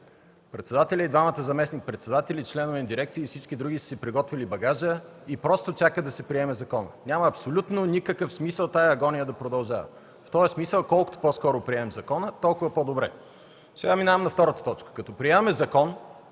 Председателят, двамата заместник-председатели, членове на дирекции и всички други са си приготвили багажа и чакат да се приеме законът. Няма абсолютно никакъв смисъл тази агония да продължава. Колкото по-скоро приемем закона, толкова по-добре. Сега минавам на втората точка. Като приемаме закон,